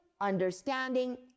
understanding